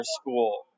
school